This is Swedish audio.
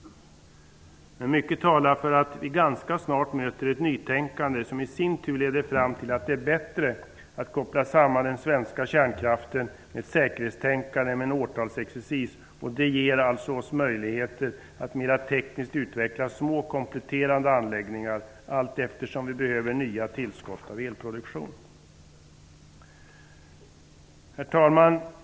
Men mycket talar för att vi ganska snart möter ett nytänkande som i sin tur leder fram till att det är bättre att koppla samman den svenska kärnkraften med ett säkerhetstänkande än med en årtalsexercis. Det ger oss möjligheter att mera tekniskt utveckla små kompletterande anläggningar allteftersom vi behöver nya tillskott av elproduktion. Herr talman!